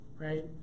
Right